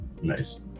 Nice